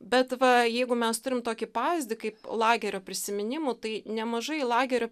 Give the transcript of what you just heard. bet va jeigu mes turim tokį pavyzdį kaip lagerio prisiminimų tai nemažai lagerių